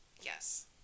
Yes